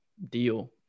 deal